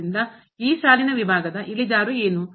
ಆದ್ದರಿಂದ ಈ ಸಾಲಿನ ವಿಭಾಗದ ಇಳಿಜಾರು ಏನು